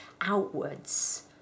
outwards